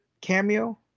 cameo